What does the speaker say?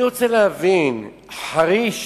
אני רוצה להבין, חריש